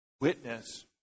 witness